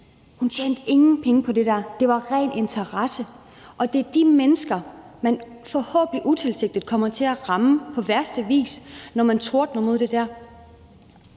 Hun tjente ingen penge på det der. Det var ren interesse, og det er de mennesker, man – forhåbentlig utilsigtet – kommer til at ramme på værste vis, når man tordner mod det der.